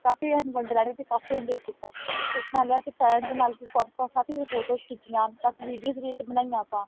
ਕਾਫੀ ਐਨ ਵੰਡਰਲੈਂਡ ਵੀ ਕਾਫੀ ਇੰਜੋਏ ਕੀਤਾ ਨਾਲ ਅਸੀਂ ਫਰੈਂਡਸ ਨਾਲ ਕਾਫੀ ਸਾਰੀ ਫੋਟੋਸ ਖਿੱਚੀਆਂ ਕਾਫੀ ਵੀਡੀਓਜ਼ ਵੀ ਇੱਥੇ ਬਣਾਈਆਂ ਆਪਾਂ